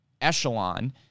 echelon